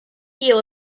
eel